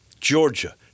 Georgia